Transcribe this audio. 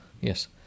Yes